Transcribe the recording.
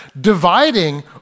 dividing